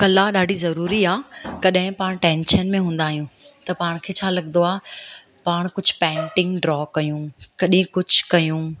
कला ॾाढी ज़रूरी आहे कॾहिं पाण टेंशन में हूंदा आहियूं त पाण खे छा लॻंदो आहे पाण कुझु पेंटिंग ड्रॉ कयूं कॾहिं कुझु कयूं